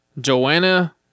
Joanna